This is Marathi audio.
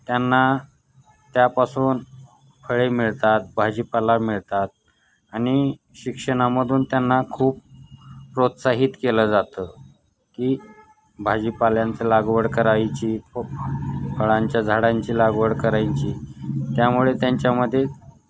त्यांना त्यापासून फळे मिळतात भाजीपाला मिळतात आणि शिक्षणामधून त्यांना खूप प्रोत्साहित केलं जातं की भाजीपाल्यांचं लागवड करायची फळांच्या झाडांची लागवड करायची त्यामुळे त्यांच्यामध्ये